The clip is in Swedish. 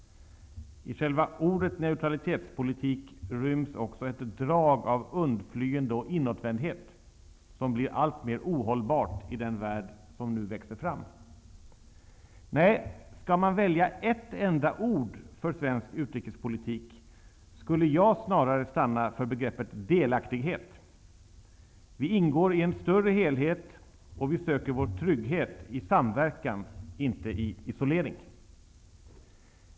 I själva ordet neutralitetspolitik ryms också ett drag av undflyende och inåtvändhet som blir alltmer ohållbart i den värld som nu växer fram. Skall man välja ett enda ord för svensk utrikespolitik skulle jag snarare stanna för begreppet delaktighet. Vi ingår i en större helhet, och vi söker vår trygghet i samverkan, inte i isolering.